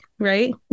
Right